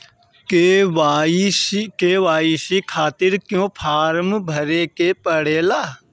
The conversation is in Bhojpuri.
के.वाइ.सी खातिर क्यूं फर्म भरे के पड़ेला?